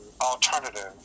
alternative